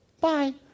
bye